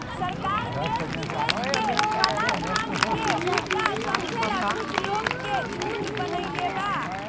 सरकार देश विदेश के कलाधन के मुद्दा समझेला कुछ लोग के झुंड बनईले बा